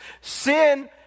Sin